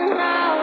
now